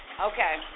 Okay